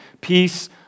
peace